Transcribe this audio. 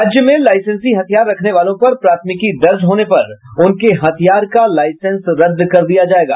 राज्य में लाईसेंसी हथियार रखने वालों पर प्राथमिकी दर्ज होने पर उनके हथियार का लाईसेंस रद्द कर दिया जायेगा